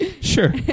Sure